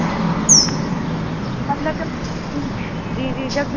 अच्छा मतलब जब जी जी जब जो